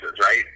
right